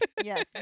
Yes